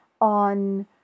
on